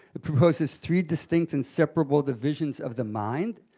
it proposes three distinct and separable divisions of the mind,